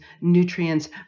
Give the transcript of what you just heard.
nutrients